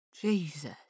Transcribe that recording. Jesus